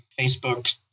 Facebook